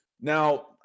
now